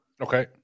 okay